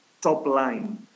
top-line